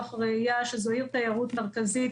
מתוך ראייה שזו עיר תיירות מרכזית,